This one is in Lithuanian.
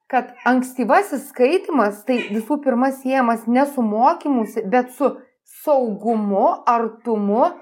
kad ankstyvasis skaitymas tai visų pirma siejamas ne su mokymusi bet su saugumu artumu